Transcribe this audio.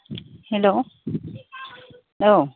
हेल' औ